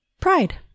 pride